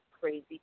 crazy